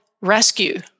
rescue